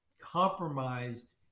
compromised